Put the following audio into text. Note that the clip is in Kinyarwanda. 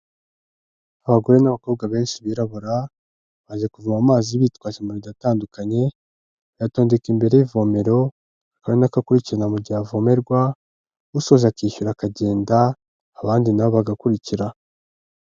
Abagore n'abakobwa benshi birabura baje kuvoma amazi bitwaje amabido atandukanye, batondeka imbere y'ivomero kandi ari nako akurikirana mu gihe avomerwa usoje akishyura akagenda, abandi nabo bagakurikira.